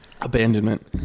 abandonment